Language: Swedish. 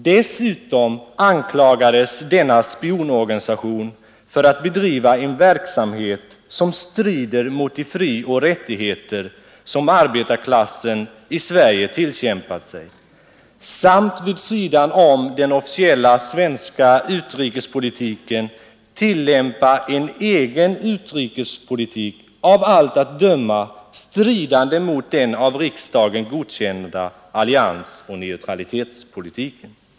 Dessutom anklagades denna spionorganisation för att bedriva en verksamhet som strider mot de frioch rättigheter som arbetarklassen i Sverige tillkämpat sig samt vid sidan om den officiella svenska utrikespolitiken tillämpa en egen utrikespolitik, av allt att döma stridande mot den av riksdagen godkända alliansoch neutralitetspolitiken.